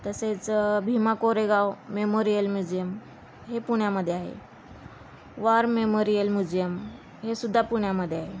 तसेच Bhima Koregaon memorial museum हे पुण्यामध्ये आहे वार मेमोरियल म्युझियम हे सुद्धा पुण्यामध्ये आहे